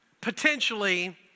potentially